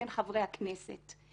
חברי הכנסת,